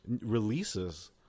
releases